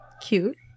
cute